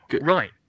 Right